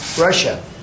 Russia